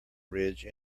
ridge